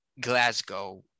Glasgow